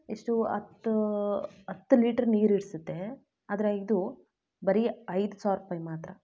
ಎಷ್ಟು ಹತ್ತು ಹತ್ತು ಲೀಟ್ರ್ ನೀರು ಹಿಡ್ಸುತ್ತೆ ಆದರೆ ಇದು ಬರೀ ಐದು ಸಾವ್ರ ರೂಪಾಯಿಗೆ ಮಾತ್ರ